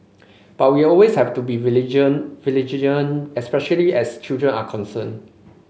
but we always have to be vigilant vigilant especially as children are concerned